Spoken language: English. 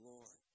Lord